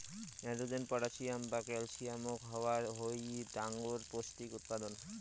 nitrogen, potassium ও ক্যালসিয়ামক কওয়া হই ডাঙর পৌষ্টিক উপাদান